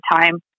time